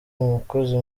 umukozi